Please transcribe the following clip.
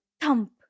Thump